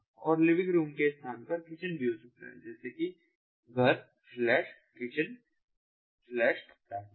और living room के स्थान पर किचन भी हो सकता है जैसे घर किचन तापमान